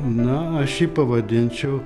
na aš jį pavadinčiau